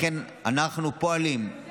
לכן אנחנו פועלים,